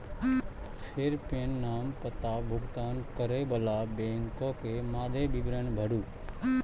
फेर पेन, नाम, पता, भुगतान करै बला बैंकक मादे विवरण भरू